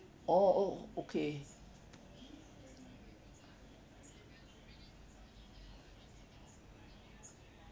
orh oh okay